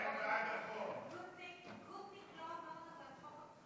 גוטניק לא עבר אז על חוק הבחירות.